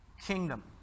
kingdom